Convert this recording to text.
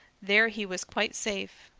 there he was quite safe.